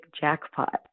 jackpot